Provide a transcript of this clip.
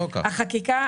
זה לא ככה.